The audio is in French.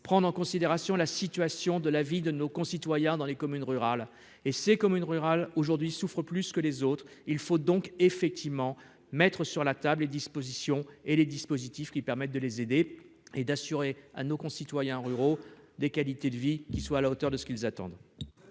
prendre en considération la situation de la vie de nos concitoyens dans les communes rurales et ces communes rurales aujourd'hui souffrent plus que les autres, il faut donc effectivement mettre sur la table et dispositions et les dispositifs qui permettent de les aider et d'assurer à nos concitoyens ruraux des qualité de vie qui soit à la hauteur de ce qu'ils attendent.